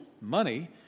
money